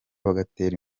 bagatera